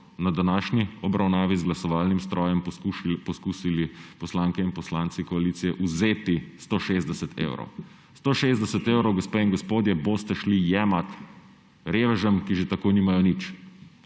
na današnji obravnavi z glasovalnim strojem poskusili poslanke in poslanci koalicije vzeti 160 evrov. 160 evrov, gospe in gospodje, boste šli jemat revežem, ki že tako nimajo nič.